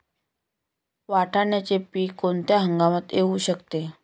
वाटाण्याचे पीक कोणत्या हंगामात येऊ शकते?